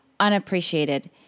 unappreciated